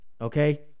Okay